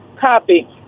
copy